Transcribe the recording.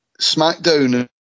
SmackDown